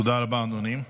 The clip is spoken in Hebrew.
תודה רבה, אדוני.